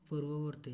ପୂର୍ବବର୍ତ୍ତୀ